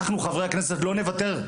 אנחנו, חברי הכנסת לא נוותר.